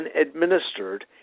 administered